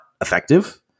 effective